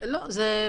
א.